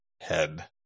head